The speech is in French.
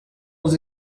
aux